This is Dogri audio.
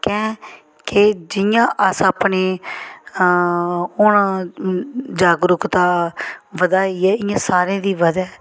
कैंह् के जि'यां अस अपने हून जागरूकता बधाइयै इ'यां सारें दी बधै